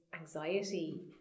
anxiety